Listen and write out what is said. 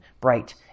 bright